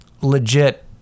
legit